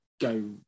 go